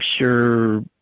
sure